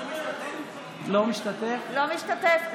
לא משתתף.